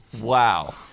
Wow